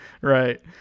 Right